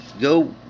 go